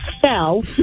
fell